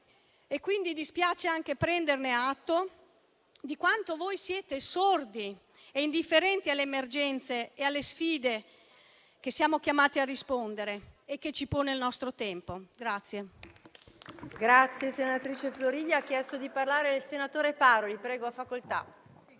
quindi anche prendere atto di quanto voi siete sordi e indifferenti alle emergenze e alle sfide a cui siamo chiamati a rispondere e che ci impone il nostro tempo.